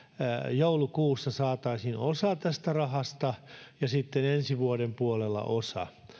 joulukuussa saataisiin osa tästä rahasta ja sitten ensi vuoden puolella osa